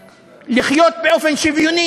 עשרות אלפים ביישובים לא מוכרים.